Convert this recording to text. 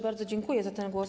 Bardzo dziękuję za ten głos.